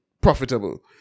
profitable